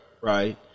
Right